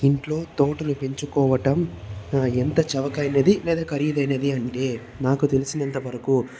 ఇంట్లో తోటలు పెంచుకోవడం ఎంత చవక అయినది లేదా ఖరీదైనది అంటే నాకు తెలిసినంత వరకు